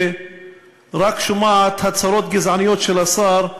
שרק שומעת הצהרות גזעניות של השר,